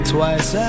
Twice